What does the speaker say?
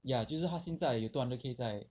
ya 就是它现在有 two hundred 在